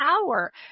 power